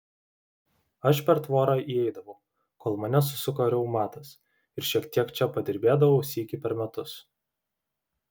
aš per tvorą įeidavau kol mane susuko reumatas ir šiek tiek čia padirbėdavau sykį per metus